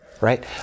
right